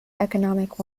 economic